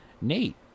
Nate